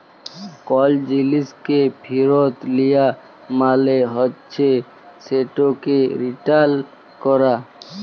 call জিলিসকে ফিরত লিয়া মালে হছে সেটকে রিটার্ল ক্যরা